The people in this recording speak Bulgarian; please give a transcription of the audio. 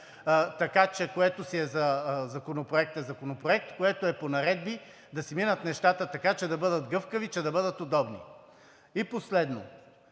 така че което си е за законопроект, е законопроект, а което е по наредби, да си минат нещата така, че да бъдат гъвкави, че да бъдат удобни. И последно,